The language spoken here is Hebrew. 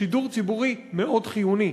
שידור ציבורי הוא מאוד חיוני,